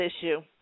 issue